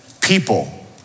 People